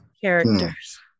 characters